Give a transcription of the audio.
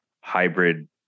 hybrid